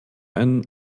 ein